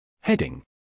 Heading